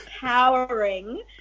powering